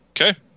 Okay